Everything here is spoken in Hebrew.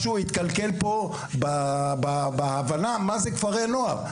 משהו התקלקל פה בהבנה מה זה כפרי נוער'.